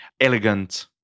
elegant